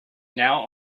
now